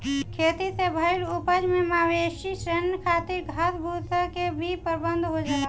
खेती से भईल उपज से मवेशी सन खातिर घास भूसा के भी प्रबंध हो जाला